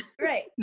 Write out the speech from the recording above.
right